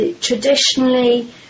traditionally